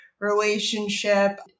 relationship